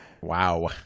wow